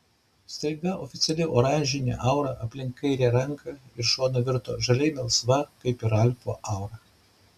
staiga oficiali oranžinė aura aplink kairę ranką ir šoną virto žaliai melsva kaip ir ralfo aura